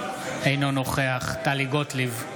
אינו נוכח טלי גוטליב,